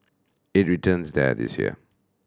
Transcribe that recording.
it returns there this year